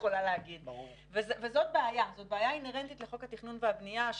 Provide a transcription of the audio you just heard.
זאת בעיה אינהרנטית לחוק התכנון והבנייה.